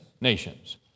nations